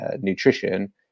nutrition